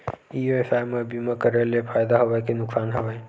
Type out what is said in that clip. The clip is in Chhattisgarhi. ई व्यवसाय म बीमा करे ले फ़ायदा हवय के नुकसान हवय?